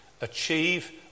achieve